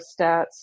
stats